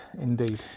Indeed